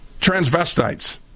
transvestites